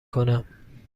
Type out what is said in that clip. کنم